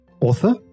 author